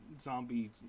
zombie